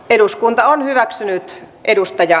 eduskunta on hyväksynyt edustaja